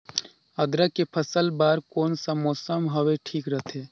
अदरक के फसल बार कोन सा मौसम हवे ठीक रथे?